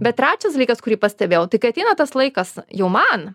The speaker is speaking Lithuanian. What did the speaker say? bet trečias dalykas kurį pastebėjau tai kai ateina tas laikas jau man